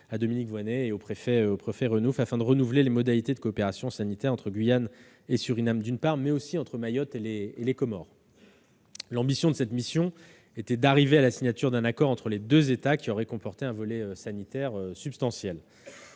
à Dominique Voynet et au préfet Renouf afin de renouveler les modalités de la coopération sanitaire entre la Guyane et le Suriname, mais aussi entre Mayotte et les Comores. L'objectif de cette mission était d'aboutir à la signature d'un accord entre les deux États qui aurait comporté un volet sanitaire substantiel.